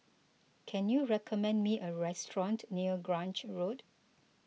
can you recommend me a restaurant near Grange Road